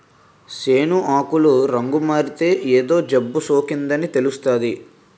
సేను ఆకులు రంగుమారితే ఏదో జబ్బుసోకిందని తెలుస్తాది